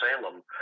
Salem